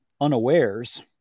unawares